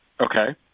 Okay